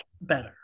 better